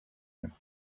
him